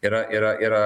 yra yra yra